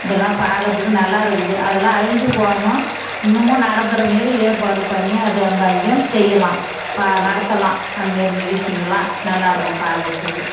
இதெல்லாம் பார்க்கறதுக்கு நல்லா இருக்குது அதெல்லாம் அழிஞ்சு போவாமா இன்னமும் நடத்துகிற மாரி ஏற்பாடு பண்ணி அது அங்கு அங்கேயும் செய்யலாம் பா நடத்தலாம் அது மாரி நிகழ்ச்சிங்கள்லாம் நல்லா இருக்கும் பார்க்கறதுக்கு